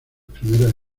primeras